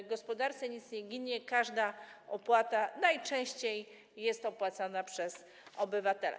W gospodarce nic nie ginie, każda opłata najczęściej jest uiszczana przez obywatela.